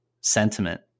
sentiment